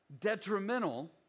detrimental